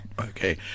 Okay